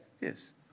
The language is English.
Yes